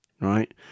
right